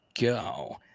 go